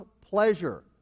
pleasure